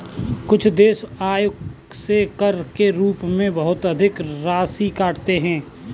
कुछ देश आय से कर के रूप में बहुत अधिक राशि काटते हैं